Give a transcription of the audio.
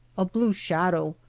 a blue shadow,